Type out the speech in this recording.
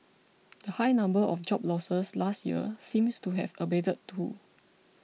the high number of job losses last year seems to have abated too